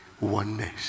Oneness